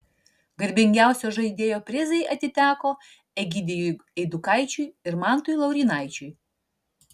garbingiausio žaidėjo prizai atiteko egidijui eidukaičiui ir mantui laurynaičiui